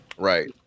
Right